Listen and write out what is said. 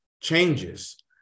changes